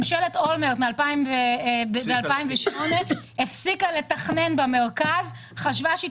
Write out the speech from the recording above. ממשלת אולמרט ב-2008 הפסיקה לתכנן במרכז וחשבה שהיא